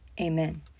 Amen